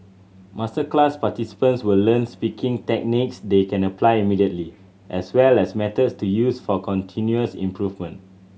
masterclass participants will learn speaking techniques they can apply immediately as well as methods to use for continuous improvement